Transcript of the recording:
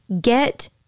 get